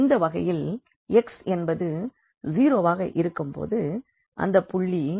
இந்த வகையில் x என்பது 0 ஆக இருக்கும் போது அந்தப் புள்ளி y x 2